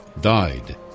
died